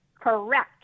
Correct